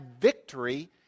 victory